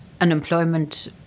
unemployment